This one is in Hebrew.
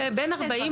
ביום